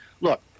Look